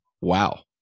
Wow